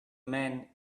men